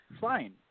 fine